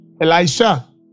Elisha